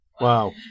Wow